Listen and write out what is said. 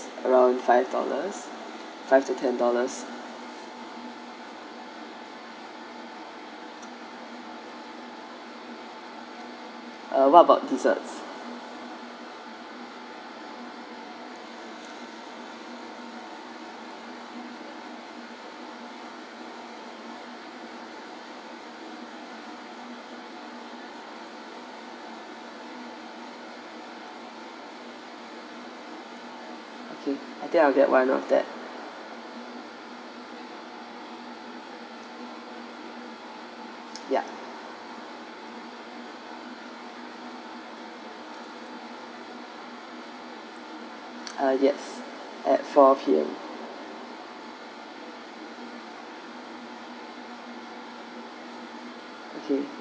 around five dollars five to ten dollars uh what about dessert okay I think I will get one of that ya ah yes at four P_M okay